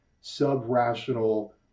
sub-rational